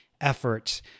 effort